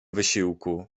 wysiłku